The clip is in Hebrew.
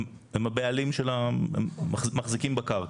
הם הבעלים, הם מחזיקים בקרקע.